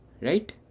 right